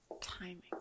Timing